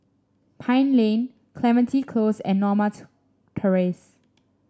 Pine Lane Clementi Close and Norma Terrace